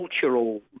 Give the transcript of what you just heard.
cultural